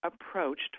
approached